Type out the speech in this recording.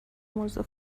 موضوع